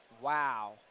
Wow